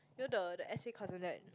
you know the the S_A cousin right